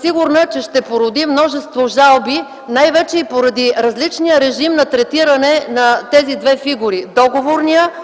Сигурна съм, че това ще породи множество жалби най-вече поради различния режим на третиране на двете фигури – договорният